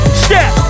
step